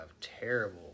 terrible